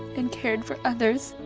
and cared for others,